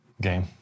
Game